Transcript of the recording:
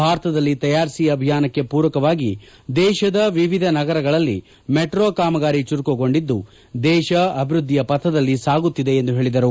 ಭಾರತದಲ್ಲಿ ತಯಾರಿಸಿ ಅಭಿಯಾನಕ್ಕೆ ಪೂರಕವಾಗಿ ದೇಶದ ವಿವಿಧ ನಗರಗಳಲ್ಲಿ ಮೆಟ್ರೋ ಕಾಮಗಾರಿ ಚುರುಕುಗೊಂಡಿದ್ದು ದೇಶ ಅಭಿವೃದ್ದಿಯ ಪಥದಲ್ಲಿ ಸಾಗುತ್ತಿದೆ ಎಂದು ಹೇಳಿದರು